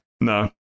No